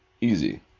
easy